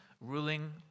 ruling